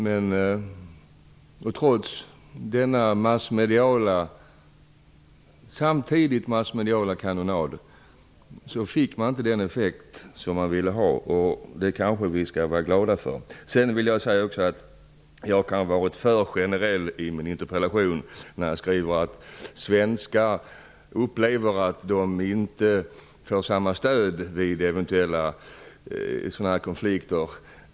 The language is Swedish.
Men trots den massmediala kanonaden uppnåddes inte den eftersträvade effekten, vilket vi kanske skall vara glada för. Jag kan ha varit för generell i min interpellation när jag skrev att svenskar upplever att de inte får samma stöd vid eventuella raskonflikter.